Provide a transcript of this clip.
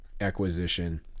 acquisition